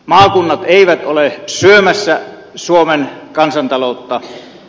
maakunnat eivät ole syömässä suomen kansantaloutta